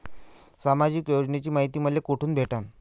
सामाजिक योजनेची मायती मले कोठून भेटनं?